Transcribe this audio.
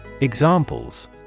Examples